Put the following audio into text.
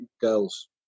girls